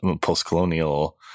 post-colonial